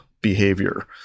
behavior